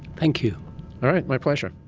thank you. all right, my pleasure.